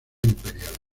imperial